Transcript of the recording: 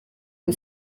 ubu